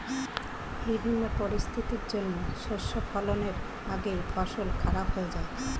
বিভিন্ন পরিস্থিতির জন্যে শস্য ফলনের আগেই ফসল খারাপ হয়ে যায়